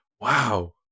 Wow